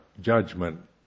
judgment